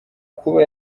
kuba